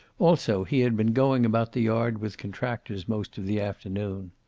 also, he had been going about the yard with contractors most of the afternoon.